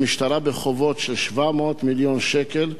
המשטרה בחובות של 700 מיליון שקל.